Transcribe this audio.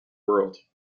world